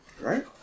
right